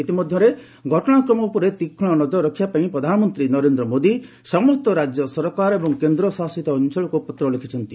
ଇତିମଧ୍ୟରେ ଘଟଣାକ୍ରମ ଉପରେ ତୀକ୍ଷ୍ମ ନଜର ରଖିବା ପାଇଁ ପ୍ରଧାନମନ୍ତ୍ରୀ ନରେନ୍ଦ୍ର ମୋଦି ସମସ୍ତ ରାଜ୍ୟ ସରକାର ଓ କେନ୍ଦ୍ର ଶାସିତ ଅଞ୍ଚଳକୁ ପତ୍ର ଲେଖିଛନ୍ତି